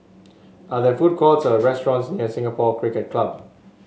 are there food courts or restaurants near Singapore Cricket Club